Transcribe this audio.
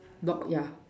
dog ya